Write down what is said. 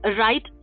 right